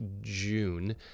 June